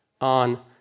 on